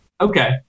okay